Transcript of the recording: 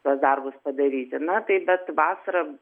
tuos darbus padaryti na tai bet vasarą